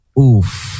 oof